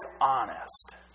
honest